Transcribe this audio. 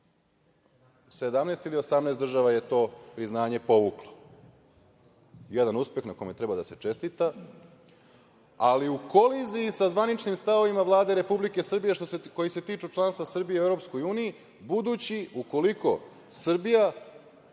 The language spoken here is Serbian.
17 ili 18 država je to priznanje povuklo. Jedan uspeh na kome treba da se čestita. Ali, u koliziji sa zvaničnim stavovima Vlade Republike Srbije koji se tiču članstva Srbije u EU, budući, ukoliko Srbija